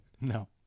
No